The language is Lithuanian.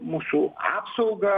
mūsų apsaugą